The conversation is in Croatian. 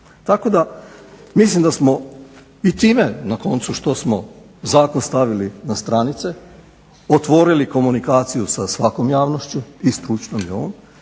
Tako da mislim da smo i time na koncu što smo zakon stavili na stranice otvorili komunikaciju sa svakom javnošću i stručnom i ovom,